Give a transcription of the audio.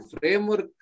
framework